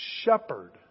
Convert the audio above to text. shepherd